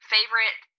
Favorite